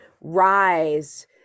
rise